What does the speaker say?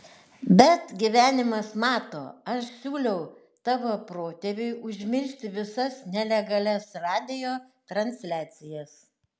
bet gyvenimas mato aš siūliau tavo protėviui užmiršti visas nelegalias radijo transliacijas